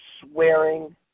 swearing